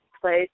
place